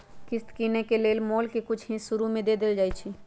किस्त किनेए में मोल के कुछ हिस शुरू में दे देल जाइ छइ